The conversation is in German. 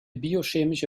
biochemische